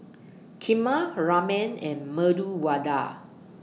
Kheema Ramen and Medu Vada